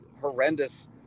horrendous